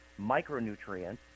micronutrients